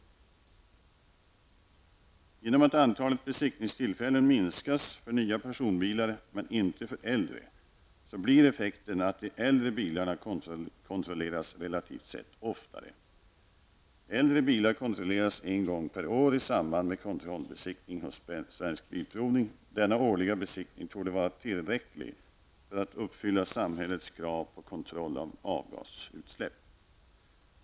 Genom att antalet besiktningstillfällen minskas för nya personbilar, men inte för äldre, så blir effekten att de äldre bilarna kontrolleras relativt sett oftare. Äldre bilar kontrolleras en gång per år i samband med kontrollbesiktningen hos Svensk Bilprovning. Denna årliga besiktning torde vara tillräcklig för att uppfylla samhällets krav på kontroll av avgasutsläpp.